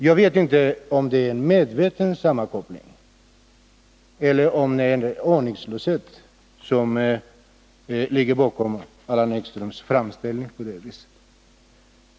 Jag vet inte om det är en medveten sammankoppling eller aningslöshet som ligger bakom Allan Ekströms framställning.